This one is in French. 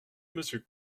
monsieur